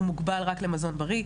הוא מוגבל רק למזון בריא,